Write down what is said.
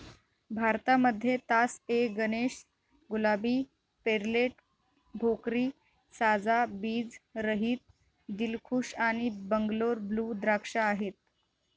भारतामध्ये तास ए गणेश, गुलाबी, पेर्लेट, भोकरी, साजा, बीज रहित, दिलखुश आणि बंगलोर ब्लू द्राक्ष आहेत